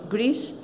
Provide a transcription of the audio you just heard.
Greece